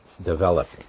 Develop